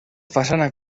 façana